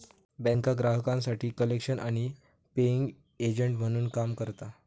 बँका ग्राहकांसाठी कलेक्शन आणि पेइंग एजंट म्हणून काम करता